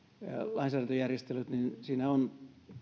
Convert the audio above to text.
lainsäädäntöjärjestelyt niin siinä on